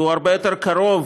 והוא קרוב